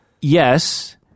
Yes